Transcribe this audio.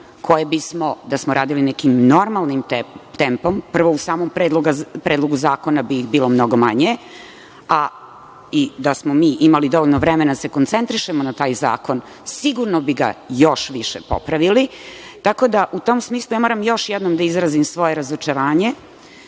koje bismo, da smo radili, nekim normalnim tempom, prvo u samom Predlogu zakona bilo bi ih mnogo manje, a i da smo mi imali dovoljno vremena da se koncentrišemo na taj zakon, sigurno bi ga još više popravili. Tako da u tom smislu, moram još jednom da izrazim svoje razočaranje